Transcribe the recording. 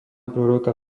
proroka